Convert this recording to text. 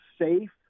safe